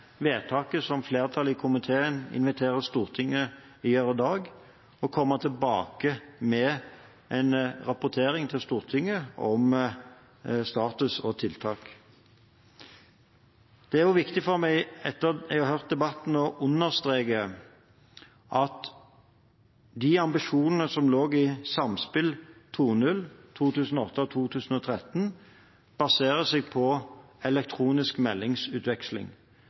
vedtaket som flertallet i komiteen inviterer Stortinget til å gjøre i dag, og komme tilbake med en rapportering til Stortinget om status og tiltak. Det er viktig for meg, etter å ha hørt debatten, å understreke at de ambisjonene som lå i Samspill 2.0 2008–2013, baserer seg på elektronisk meldingsutveksling.